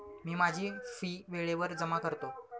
मी माझी फी वेळेवर जमा करतो